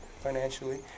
financially